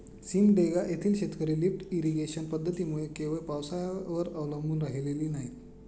सिमडेगा येथील शेतकरी lift irrigation पद्धतीमुळे केवळ पावसाळ्यावर अवलंबून राहिलेली नाहीत